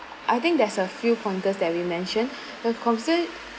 I think there's a few pointers that we mention the